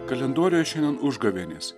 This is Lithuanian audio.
kalendoriuje šiandien užgavėnės